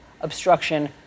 obstruction